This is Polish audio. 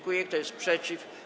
Kto jest przeciw?